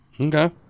Okay